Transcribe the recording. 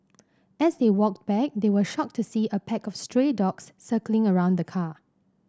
as they walked back they were shocked to see a pack of stray dogs circling around the car